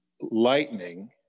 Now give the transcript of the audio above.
lightning